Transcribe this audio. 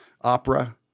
opera